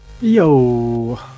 Yo